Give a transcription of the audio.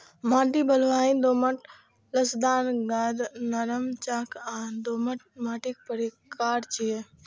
माटि बलुआही, दोमट, लसदार, गाद, नरम, चाक आ दोमट माटिक प्रकार छियै